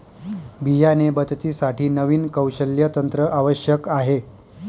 बियाणे बचतीसाठी नवीन कौशल्य तंत्र आवश्यक आहे